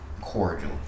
cordial